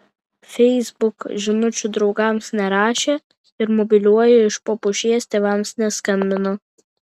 facebook žinučių draugams nerašė ir mobiliuoju iš po pušies tėvams neskambino